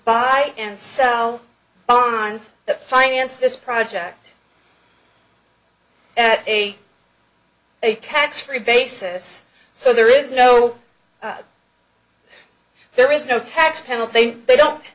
buy and sell bonds that financed this project at a a tax free basis so there is no there is no tax penalty they don't